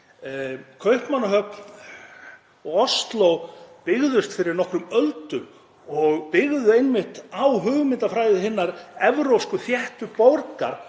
Kaupmannahöfn og Ósló byggðust fyrir nokkrum öldum og byggðust einmitt á hugmyndafræði hinnar evrópsku þéttu borgar